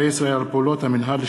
חברי הכנסת מאיר שטרית,